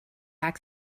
back